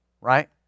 Right